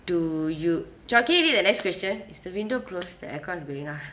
do you john keep it the next question is the window closed the air is going ah